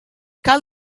cal